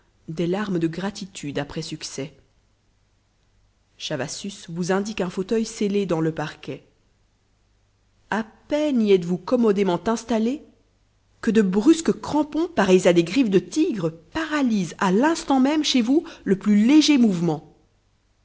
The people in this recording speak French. des larmes de gratitude après succès chavassus vous indique un fauteuil scellé dans le parquet à peine y êtes-vous commodément installé que de brusques crampons pareils à des griffes de tigre paralysent à l'instant même chez vous le plus léger mouvement